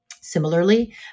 Similarly